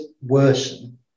worsen